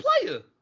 player